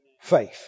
faith